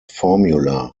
formula